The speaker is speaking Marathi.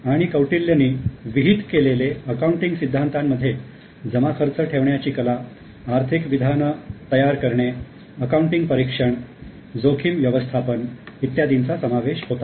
आणि कौटिल्यनी विहित केलेल्या अकाउंटिंग सिद्धांतांमध्ये जमाखर्च ठेवण्याची कला आर्थिक विधान तयार करणे अकाउंटिंग परीक्षण जोखीम व्यवस्थापन इत्यादींचा समावेश होता